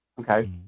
Okay